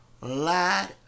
lied